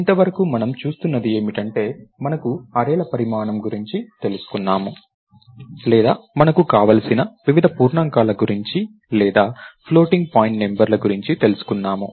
ఇంతవరకు మనం చూస్తున్నది ఏమిటంటే మనకు అర్రేల పరిమాణం గురించి తెలుసుకున్నాము లేదా మనకు కావలసిన వివిధ పూర్ణాంకాల గురించి లేదా ఫ్లోటింగ్ పాయింట్ నెంబర్ ల గురించి తెలుసుకున్నాము